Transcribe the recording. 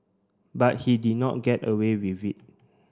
but he did not get away with it